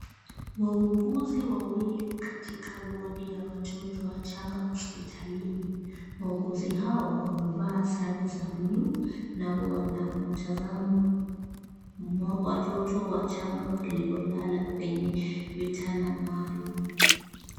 Wauguzi wawili katika wodi ya watoto wachanga hospitalini. Wauguzi hao wamevaa sare za bluu na wanamtazama watoto wachanga waliolala kwenye vitanda maalum.